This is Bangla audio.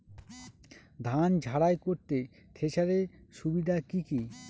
ধান ঝারাই করতে থেসারের সুবিধা কি কি?